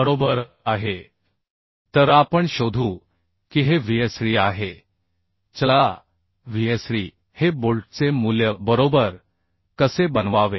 बरोबर आहे तर आपण शोधू की हे Vsd आहे चला Vsd हे बोल्टचे मूल्य बरोबर कसे बनवावे